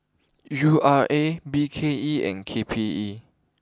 U R A B K E and K P E